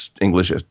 English